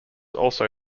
also